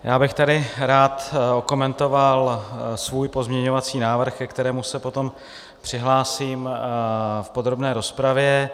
Já bych tady rád okomentoval svůj pozměňovací návrh, ke kterému se potom přihlásím v podrobné rozpravě.